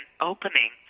opening